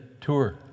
tour